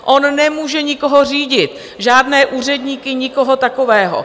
On nemůže nikoho řídit, žádné úředníky, nikoho takového.